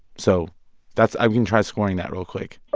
so that's i can try scoring that real quick